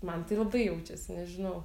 man tai labai jaučiasi nežinau